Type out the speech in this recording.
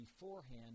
beforehand